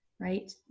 right